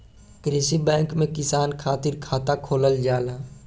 कृषि बैंक में किसान खातिर खाता खोलल जाला